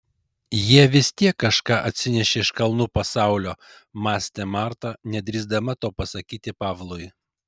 jie vis tiek kažką atsinešė iš kalnų pasaulio mąstė marta nedrįsdama to pasakyti pavlui